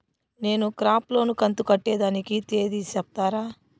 నేను crop loan కంతు కట్టేదానికి తేది సెప్తారా?